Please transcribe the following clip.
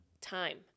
time